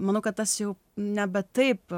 mano kad tas jau nebe taip